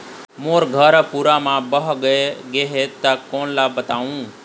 मोर घर हा पूरा मा बह बह गे हे हे ता कोन ला बताहुं?